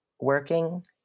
working